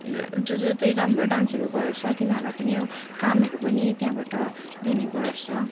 जो जो चाहिँ राम्रो डान्सहरू गर्छ तिनीहरूलाई पनि कामहरू पनि त्यहाँबाट दिने गर्छ